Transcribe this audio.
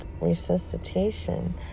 resuscitation